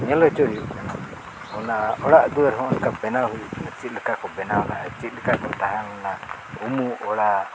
ᱧᱮᱞ ᱦᱚᱪᱚ ᱦᱩᱭᱩᱜ ᱠᱟᱱᱟ ᱚᱱᱟ ᱚᱲᱟᱜ ᱫᱩᱣᱟᱹᱨ ᱦᱚᱸ ᱚᱱᱠᱟ ᱵᱮᱱᱟᱣ ᱦᱩᱭᱩᱜ ᱠᱟᱱᱟ ᱪᱮᱫ ᱞᱮᱠᱟ ᱠᱚ ᱵᱮᱱᱟᱣ ᱞᱮᱫᱟ ᱪᱮᱫ ᱞᱮᱠᱟ ᱠᱚ ᱛᱟᱦᱮᱸ ᱞᱮᱱᱟ ᱩᱢᱩᱜ ᱚᱲᱟᱜ